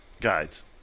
guides